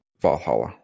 Valhalla